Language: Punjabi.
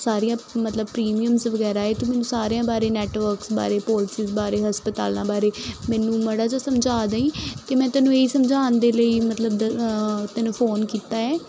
ਸਾਰੀਆਂ ਮਤਲਬ ਪ੍ਰੀਮੀਅਮਸ ਵਗੈਰਾ ਹੈ ਤੂੰ ਮੈਨੂੰ ਸਾਰਿਆਂ ਬਾਰੇ ਨੈਟਵਰਕਸ ਬਾਰੇ ਪੋਲਿਸੀਸ ਬਾਰੇ ਹਸਪਤਾਲਾਂ ਬਾਰੇ ਮੈਨੂੰ ਮਾੜਾ ਜਿਹਾ ਸਮਝਾ ਦਈਂ ਅਤੇ ਮੈਂ ਤੈਨੂੰ ਇਹ ਸਮਝਾਉਣ ਦੇ ਲਈ ਮਤਲਬ ਤੈਨੂੰ ਫੋਨ ਕੀਤਾ ਹੈ